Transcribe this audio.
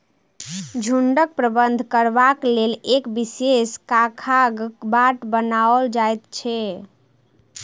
झुंडक प्रबंधन करबाक लेल एक विशेष खाकाक बाट बनाओल जाइत छै